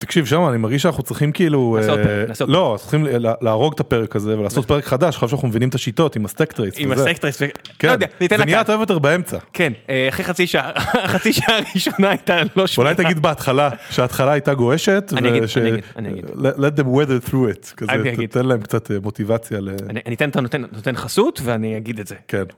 תקשיב ז'רו, אני מרגיש שאנחנו צריכים כאילו... לא, צריכים להרוג את הפרק הזה ולעשות פרק חדש עכשיו שאנחנו מבינים את השיטות עם הסטקטריסט. עם הסטקטריסט. כן, זה נהיה טוב יותר באמצע... כן, אחרי חצי שעה. חצי שעה ראשונה הייתה... אולי תגיד בהתחלה, שההתחלה הייתה גועשת... אני אגיד אני אגיד אני אגיד, let them weather through it, תן להם קצת מוטיבציה ל... אני אתן את הנותן חסות ואני אגיד את זה.